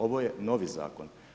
Ovo je novi zakon.